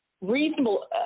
reasonable